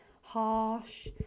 harsh